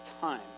time